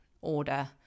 order